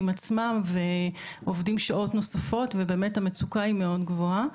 עצמם ועובדים שעות נוספות ובאמת המצוקה היא מאוד גבוהה,